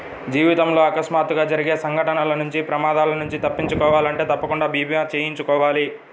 జీవితంలో అకస్మాత్తుగా జరిగే సంఘటనల నుంచి ప్రమాదాల నుంచి తప్పించుకోవాలంటే తప్పకుండా భీమా చేయించుకోవాలి